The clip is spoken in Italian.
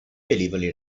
velivoli